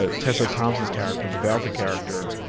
ah tessa thompson's character, the valkyrie character,